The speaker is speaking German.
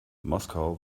moskau